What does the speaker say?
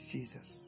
Jesus